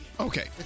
Okay